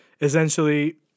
essentially